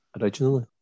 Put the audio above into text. originally